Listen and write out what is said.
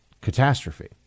catastrophe